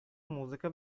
музыка